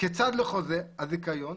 כצד לחוזה הזיכיון,